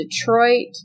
Detroit